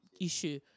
issue